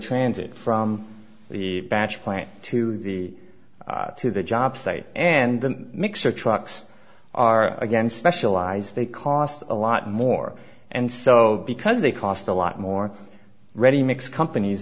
transit from the batch plant to the to the job site and the mixer trucks are again specialized they cost a lot more and so because they cost a lot more ready mix companies